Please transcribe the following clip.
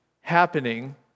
happening